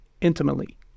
intimately